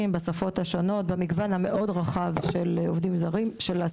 בשפות השונות במגוון המאוד רחב של השפות.